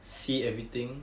see everything